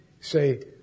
say